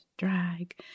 Drag